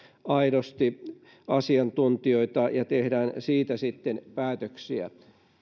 aidosti asiantuntijoita ja tehdään siitä sitten päätöksiä